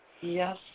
Yes